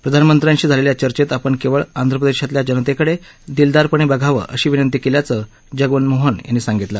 प्रधानमंत्र्यांशी झालेल्या चर्चेत आपण केवळ आंध्रप्रदेशातल्या जनतेकडे दिलदारपणे बघावं अशी विनंती केल्याचं जगनमोहन यांनी सांगितलं